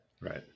Right